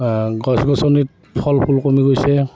গছ গছনিত ফল ফুল কমি গৈছে